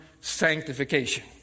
sanctification